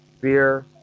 fear